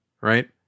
right